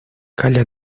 calla